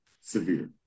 severe